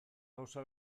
gauza